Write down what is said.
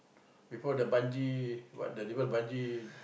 before the bungee what the river bungee